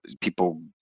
people